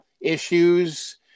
issues